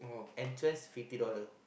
entrance fifty dollar